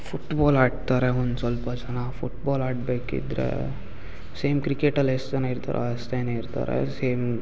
football ಆಡ್ತಾರೆ ಒಂದು ಸ್ವಲ್ಪ ಜನ ಫುಟ್ಬಾಲ್ ಆಡಬೇಕಿದ್ರೆ ಸೇಮ್ ಕ್ರಿಕೆಟಲ್ಲಿ ಎಷ್ಟು ಜನ ಇರ್ತಾರೋ ಅಷ್ಟೇ ಇರ್ತಾರೆ ಸೇಮ್